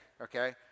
Okay